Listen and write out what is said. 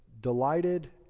delighted